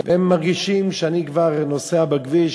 והם מרגישים: אני כבר נוסע על הכביש,